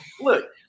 look